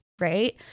Right